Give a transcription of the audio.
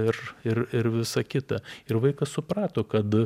ir ir ir visa kita ir vaikas suprato kad